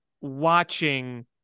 watching